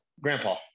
Grandpa